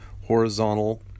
horizontal